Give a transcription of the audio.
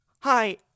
Hi